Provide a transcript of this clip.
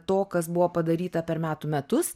to kas buvo padaryta per metų metus